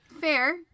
fair